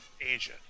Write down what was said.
Asia